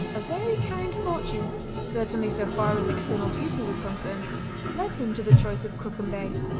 a very kind fortune certainly so far as external beauty was concerned led him to the choice of crooken bay.